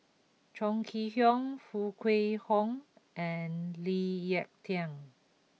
Chong Kee Hiong Foo Kwee Horng and Lee Ek Tieng